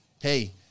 hey